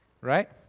Right